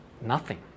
Nothing